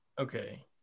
Okay